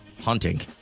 Hunting